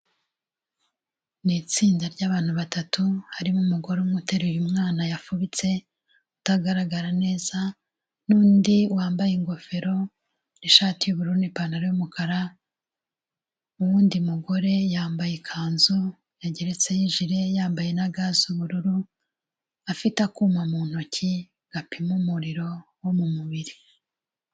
Ni itsinda ry'abantu batatu, harimo umugore umwe uteruye umwana yafubitse utagaragara neza, n'undi wambaye ingofero, n'ishati y'ubururu, n'ipantaro y'umukara, uwundi mugore yambaye ikanzu yageretseho ijire, yambaye na ga z'ubururu, afite akuma mu ntoki gapima umuriro wo mu mubiri.